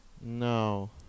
No